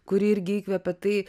kuri irgi įkvepia tai